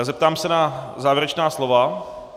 Zeptám se na závěrečná slova.